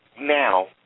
Now